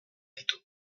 ditu